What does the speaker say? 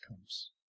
comes